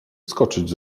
wskoczyć